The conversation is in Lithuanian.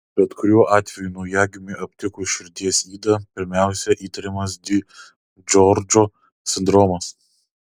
bet kuriuo atveju naujagimiui aptikus širdies ydą pirmiausia įtariamas di džordžo sindromas